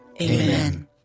Amen